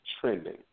trending